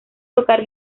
tocar